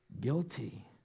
Guilty